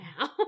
now